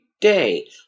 day